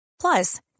Plus